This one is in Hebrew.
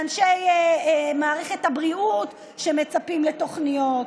לאנשי מערכת הבריאות, שמצפים לתוכניות.